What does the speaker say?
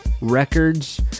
records